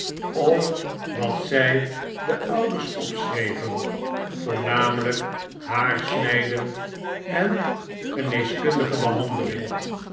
of wat zy den ouders opschreven voornamelyk haarsnyden en geneeskundige behandeling